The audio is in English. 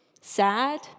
sad